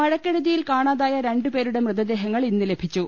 മഴക്കെടുതിയിൽ കാണാതായ രണ്ടുപേരുടെ മൃതദേഹങ്ങൾ ഇന്ന് ലഭിച്ചു